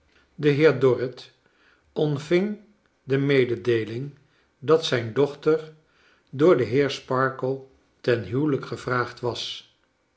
de heer dorrit ontving de mededeeling dat zijn dochter door den heer sparkler ten huwelijk gevraagd was